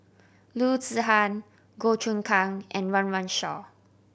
Loo Zihan Goh Choon Kang and Run Run Shaw